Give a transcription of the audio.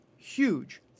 huge